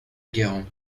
guérande